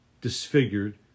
disfigured